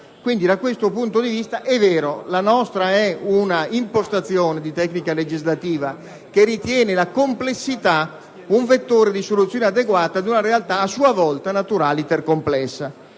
Quindi, da questo punto di vista è vero che la nostra è una impostazione di tecnica legislativa che ritiene la complessità un vettore di soluzione adeguata ad una realtà a sua volta *naturaliter* complessa.